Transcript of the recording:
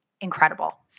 incredible